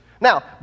Now